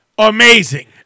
Amazing